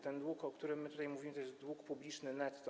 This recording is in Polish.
Ten dług, o którym my tutaj mówimy, to jest dług publiczny netto.